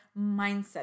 mindset